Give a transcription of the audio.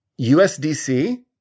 USDC